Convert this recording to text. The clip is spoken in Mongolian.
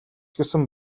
гэсэн